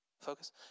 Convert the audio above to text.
Focus